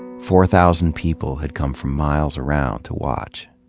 four thousand people had come from miles around to watch.